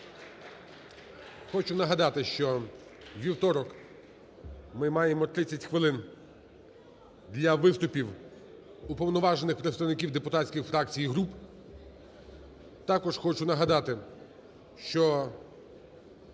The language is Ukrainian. Хочу нагадати, що у вівторок ми маємо 30 хвилин для виступів уповноважених представників депутатських фракцій і груп. Також хочу нагадати, що